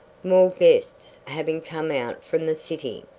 more guests having come out from the city.